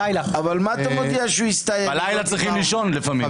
בלילה צריכים לישון לפעמים.